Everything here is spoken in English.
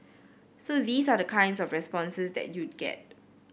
so these are the kind of responses that you'd get